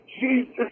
jesus